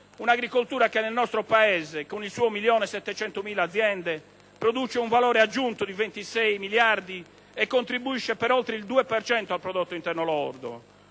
Un'agricoltura che nel nostro Paese, con le sue 1.700.000 aziende, produce un valore aggiunto di 26 miliardi e contribuisce per oltre il 2 per cento al prodotto interno lordo.